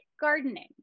gardening